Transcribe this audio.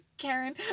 Karen